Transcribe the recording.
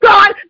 God